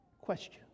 questions